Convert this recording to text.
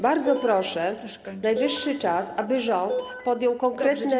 Bardzo proszę, najwyższy czas, aby rząd podjął konkretne.